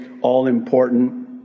all-important